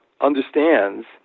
understands